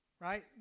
right